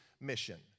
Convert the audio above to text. mission